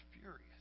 furious